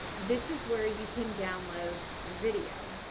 this is where you can download your video.